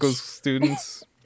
students